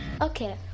Okay